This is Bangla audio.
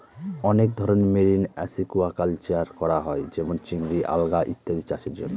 অনেক ধরনের মেরিন আসিকুয়াকালচার করা হয় যেমন চিংড়ি, আলগা ইত্যাদি চাষের জন্য